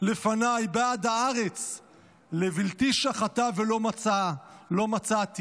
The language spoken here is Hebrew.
לפנַי בעד הארץ לבלתי שַׁחֲתָהּ ולא מצאתי".